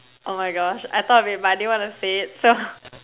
oh my gosh I thought of it but I didn't want to say it so